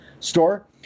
store